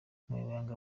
umunyamabanga